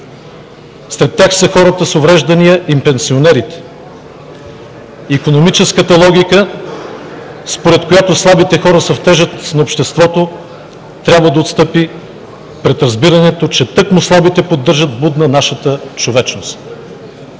Сред тях са хората с увреждания и пенсионерите. Икономическата логика, според която слабите хора са в тежест на обществото, трябва да отстъпи пред разбирането, че тъкмо слабите поддържат будна нашата човечност.